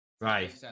Right